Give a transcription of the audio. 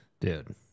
Dude